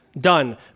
done